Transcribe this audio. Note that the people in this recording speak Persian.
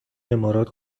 امارات